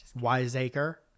Wiseacre